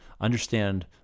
understand